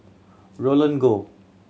Roland Goh